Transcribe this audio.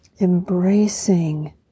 embracing